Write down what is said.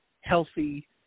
healthy